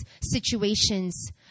situations